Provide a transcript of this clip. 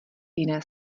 jiné